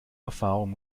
erfahrung